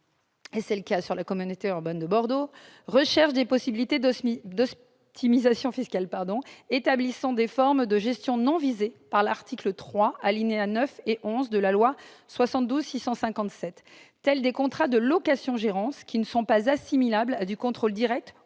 c'est le cas dans la communauté urbaine de Bordeaux -recherchent des possibilités d'optimisation fiscale en établissant des formes de gestion non visées par l'article 3, alinéas 9 et 11, de la loi précitée, tels des contrats de location-gérance, qui ne sont pas assimilables à du contrôle direct